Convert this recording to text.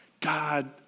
God